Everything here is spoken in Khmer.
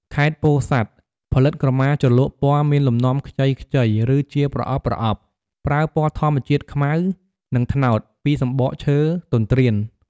នៅខេត្តពោធិ៍សាត់ ផលិតក្រមាជ្រលក់ពណ៌ មានលំនាំខ្ចីៗ ឬជាប្រអប់ៗ ប្រើពណ៌ធម្មជាតិខ្មៅ និងត្នោត ពីសំបកឈើទន្ទ្រាន។